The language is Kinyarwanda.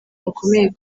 bakomeye